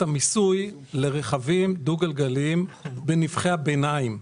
המיסוי לרכבים דו גלגליים בנפחי הביניים.